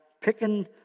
picking